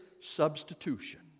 substitution